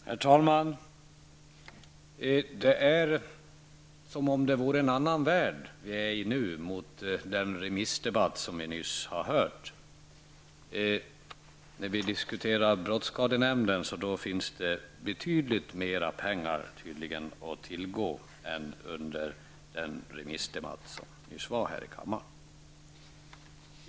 Herr talman! I jämförelse med den remissdebatt vi nyss har lyssnat till är det som om vi nu vore i en annan värld. När vi diskuterar brottsskadenämnden finns det tydligen betydligt mer pengar att tillgå än vad som fanns nyss under remissdebatten här i kammaren.